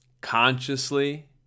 consciously